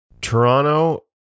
Toronto